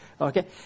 okay